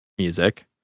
music